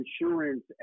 insurance